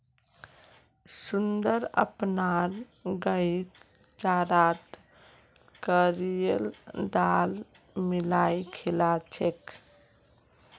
सुंदर अपनार गईक चारात कलाईर दाल मिलइ खिला छेक